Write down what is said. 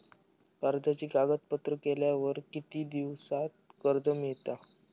कर्जाचे कागदपत्र केल्यावर किती दिवसात कर्ज मिळता?